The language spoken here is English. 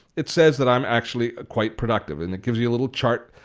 it says that i'm actually quite productive and it gives you a little chart.